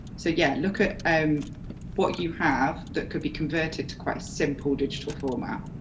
so yeah look at um what you have that can be converted to quite a simple digital format.